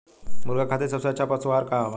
मुर्गा खातिर सबसे अच्छा का पशु आहार बा?